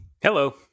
Hello